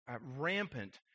rampant